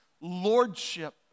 lordship